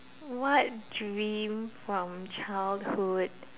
what dream from childhood